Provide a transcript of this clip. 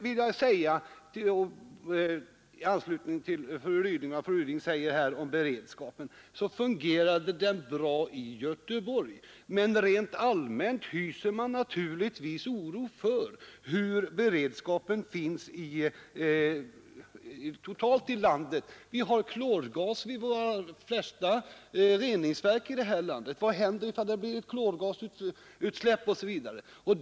I anslutning till vad fru Ryding anförde om beredskapen vill jag sedan säga att den fungerade bra i Göteborg, men rent allmänt har vi anledning hysa oro för den totala beredskapen i landet. Man använder t.ex. klorgas vid de flesta reningsverk, och vad händer om det uppstår ett klorgasutsläpp?